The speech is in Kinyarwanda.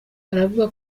aravuga